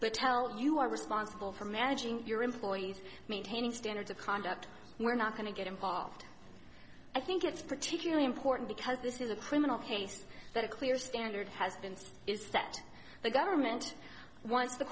they tell you are responsible for managing your employees maintaining standards of conduct we're not going to get involved i think it's particularly important because this is a criminal case that a clear standard has been set is that the government wants t